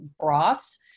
broths